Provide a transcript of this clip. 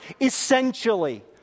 essentially